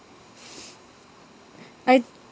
I